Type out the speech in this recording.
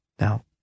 Now